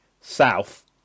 south